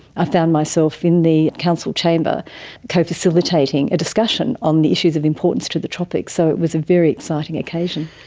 ah found myself in the council chamber co-facilitating a discussion on the issues of importance to the tropics, so it was a very exciting occasion.